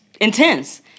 intense